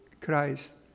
Christ